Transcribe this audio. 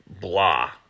blah